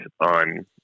on